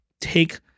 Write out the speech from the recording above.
take